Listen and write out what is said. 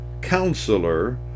Counselor